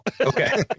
Okay